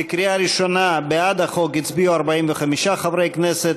בקריאה ראשונה: בעד החוק הצביעו 45 חברי כנסת,